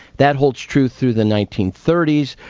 that holds true through the nineteen thirty s,